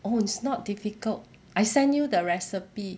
oh it's not difficult I send you the recipe